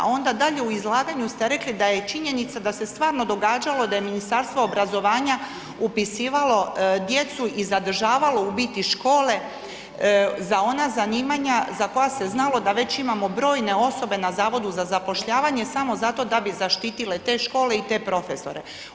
Onda dalje u izlaganju ste rekli da je činjenica da se stvarno događalo da je Ministarstvo obrazovanja upisivalo djecu i zadržavalo u biti škole za ona zanimanja za koja se znalo da već imamo brojne osobe na Zavodu za zapošljavanje, samo zato da bi zaštitile te škole i te profesore.